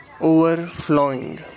overflowing